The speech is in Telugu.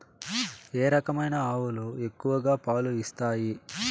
ఏ రకమైన ఆవులు ఎక్కువగా పాలు ఇస్తాయి?